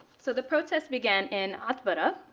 so the protests began in atbara.